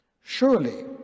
Surely